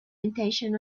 intention